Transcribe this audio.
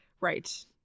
Right